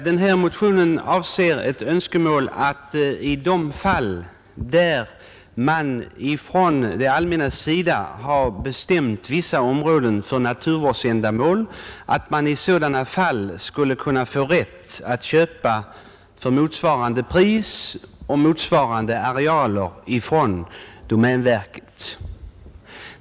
Fru talman! Motionen 1040 avser önskemål om att i de fall där det allmänna har bestämt vissa områden för naturvårdsändamål den som avstår mark skulle få lov att köpa motsvarande areal från domänverket till motsvarande pris.